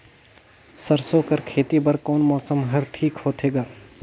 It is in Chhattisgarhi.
सरसो कर खेती बर कोन मौसम हर ठीक होथे ग?